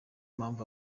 mpamvu